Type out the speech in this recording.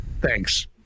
Thanks